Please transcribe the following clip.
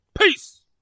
Peace